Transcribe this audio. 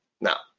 Now